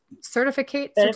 certificate